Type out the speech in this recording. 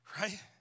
Right